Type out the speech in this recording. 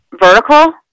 vertical